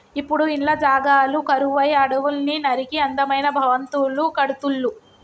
ఇప్పుడు ఇండ్ల జాగలు కరువై అడవుల్ని నరికి అందమైన భవంతులు కడుతుళ్ళు